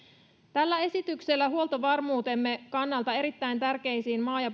tällä esityksellä huoltovarmuutemme kannalta erittäin tärkeille maa ja